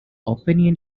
opinion